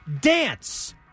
dance